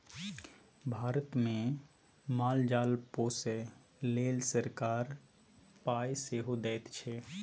भारतमे माल जाल पोसय लेल सरकार पाय सेहो दैत छै